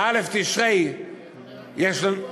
בא' תשרי יש לנו,